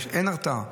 אין הרתעה.